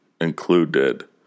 included